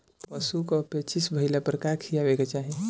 पशु क पेचिश भईला पर का खियावे के चाहीं?